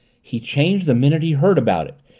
he changed the minute he heard about it.